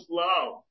love